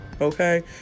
okay